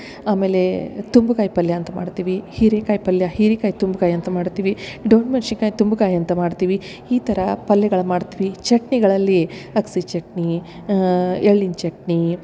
ಆಮೇಲೆ ತುಂಬುಗಾಯಿ ಪಲ್ಯ ಅಂತ ಮಾಡ್ತೀವಿ ಹೀರೆಕಾಯಿ ಪಲ್ಯ ಹೀರಿಕಾಯಿ ತುಂಬುಕಾಯಿ ಅಂತ ಮಾಡ್ತೀವಿ ದೊಡ್ಡ ಮೆಣ್ಶಿನ್ಕಾಯಿ ತುಂಬುಕಾಯಿ ಅಂತ ಮಾಡ್ತೀವಿ ಈ ಥರ ಪಲ್ಯಗಳ ಮಾಡ್ತವಿ ಚಟ್ನಿಗಳಲ್ಲಿ ಅಗ್ಸಿ ಚಟ್ನಿ ಎಳ್ಳಿನ ಚಟ್ನಿ